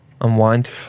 unwind